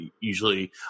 usually